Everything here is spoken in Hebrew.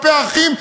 כלפי האחים,